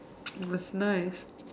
it was nice